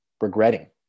regretting